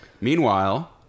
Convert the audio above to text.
Meanwhile